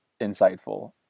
insightful